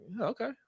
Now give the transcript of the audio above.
Okay